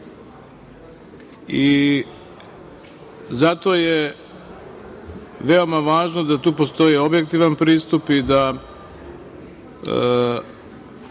Zato je veoma važno da tu postoji objektivan pristup i da